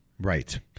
right